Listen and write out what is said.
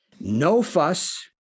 no-fuss